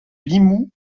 limoux